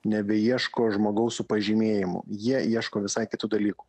nebeieško žmogaus su pažymėjimu jie ieško visai kitų dalykų